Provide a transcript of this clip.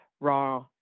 raw